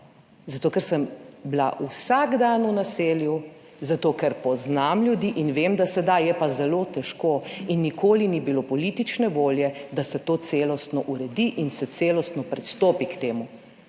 zato ker sem bila vsak dan v naselju, zato ker poznam ljudi in vem, da se da, je pa zelo težko in nikoli ni bilo politične volje, da se to celostno uredi in se celostno pristopi k temu.